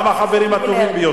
גם החברים הטובים ביותר.